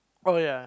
oh ya